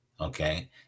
okay